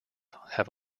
have